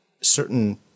certain